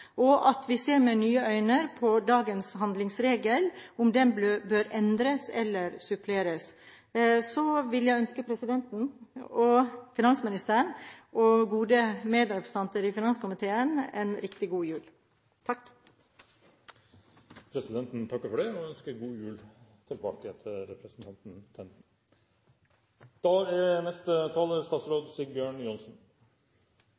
og at vi ser med nye øyne på dagens handlingsregel – om den bør endres eller suppleres. Så vil jeg ønske presidenten, finansministeren og gode medrepresentanter i finanskomiteen en riktig god jul! Presidenten takker for det og ønsker god jul tilbake til representanten Tenden! Vi skal glede oss over at budsjettet for 2011 er